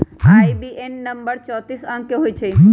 IBAN number चौतीस अंक के होइ छइ